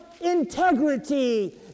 integrity